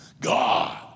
God